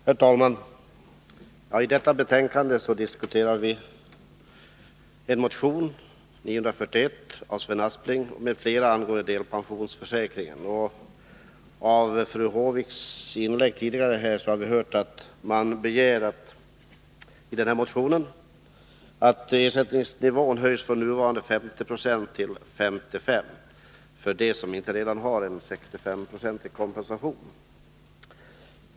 Herr talman! I detta betänkande behandlas motionen 941 av Sven Aspling m.fl. angående delpensionsförsäkringen. Av fru Håviks inlägg framgick att man i motionen begär att ersättningsnivån höjs från nuvarande 50 9; till 55 90 för dem som inte redan har en 65-procentig kompensation.